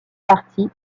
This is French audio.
parti